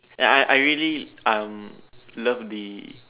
yeah I I I really um love the